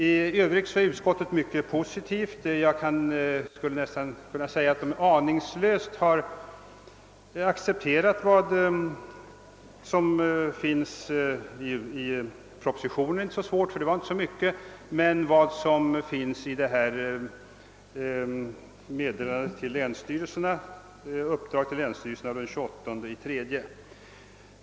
I övrigt är utskottet mycket positivt; jag skulle nästan kunna säga att utskottet aningslöst har accep terat inte bara vad som föreslås i propositionen — det är inte svårt, eftersom det inte var så mycket — utan också vad som anges i uppdraget till länsstyrelserna av den 28 mars.